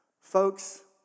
Folks